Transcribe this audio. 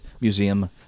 museum